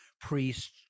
priests